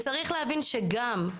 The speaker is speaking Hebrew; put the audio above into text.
צריך להבין שנכון,